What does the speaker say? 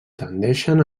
tendeixen